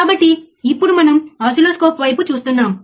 కాబట్టి ఈ విధంగా మనం అర్థం చేసుకోగలం